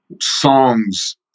songs